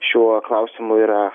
šiuo klausimu yra